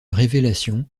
révélation